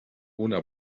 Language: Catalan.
una